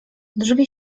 drzwi